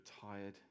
tired